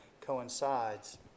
coincides